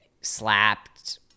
slapped